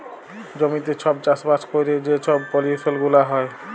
জমিতে ছব চাষবাস ক্যইরে যে ছব পলিউশল গুলা হ্যয়